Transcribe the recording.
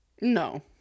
no